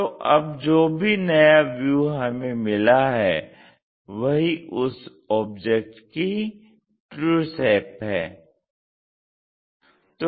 तो अब जो भी नया व्यू हमें मिला है वही उस ऑब्जेक्ट की ट्रू शेप है